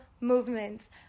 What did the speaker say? movements